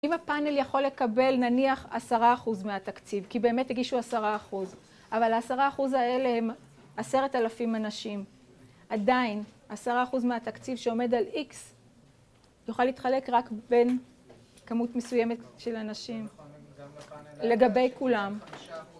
אם הפאנל יכול לקבל נניח עשרה אחוז מהתקציב, כי באמת הגישו עשרה אחוז, אבל העשרה אחוז האלה הם עשרת אלפים אנשים. עדיין, עשרה אחוז מהתקציב שעומד על איקס, יוכל להתחלק רק בין כמות מסוימת של אנשים. לגבי כולם.